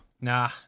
Nah